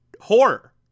horror